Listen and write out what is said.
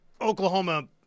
Oklahoma